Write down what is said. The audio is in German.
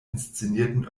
inszenierten